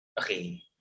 Okay